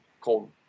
cold